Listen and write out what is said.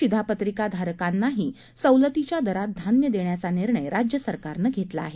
शिधापत्रिकाधारकांनाही सवलतीच्या दरात धान्य देण्याचा निर्णय राज्य सरकारनं घेतला आहे